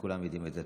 וכולם יודעים את זה.